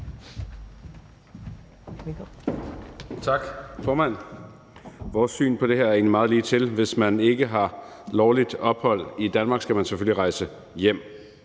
Tak, formand. Vores syn på det her er egentlig meget ligetil: Hvis man ikke har lovligt ophold i Danmark, skal man selvfølgelig rejse hjem.